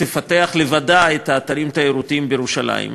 תפתח לבדה את האתרים התיירותיים בירושלים,